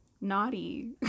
Naughty